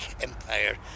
Empire